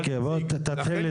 אוקיי, בוא, תתחיל להתכנס.